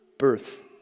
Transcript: birth